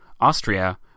Austria